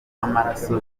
w’amaraso